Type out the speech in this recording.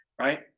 Right